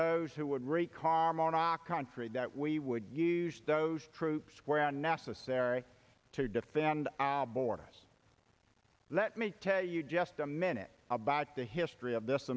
those who would rate carmona a country that we would use those troops where necessary to defend our borders let me tell you just a minute about the history of this